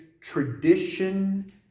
tradition